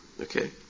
Okay